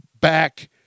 back